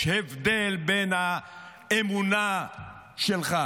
יש הבדל בין האמונה שלך